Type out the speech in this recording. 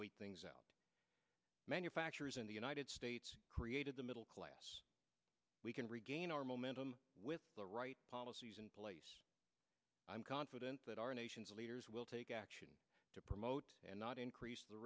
wait things out manufacturers in the united states created the middle class we can regain our momentum with the right policies in place i'm confident that our nation's leaders will take action to promote and not increase the